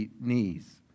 knees